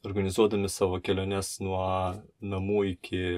organizuodami savo keliones nuo namų iki